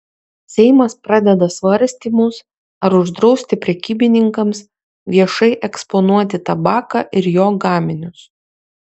seimas pradeda svarstymus ar uždrausti prekybininkams viešai eksponuoti tabaką ir jo gaminius